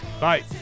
Bye